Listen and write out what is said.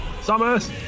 Summers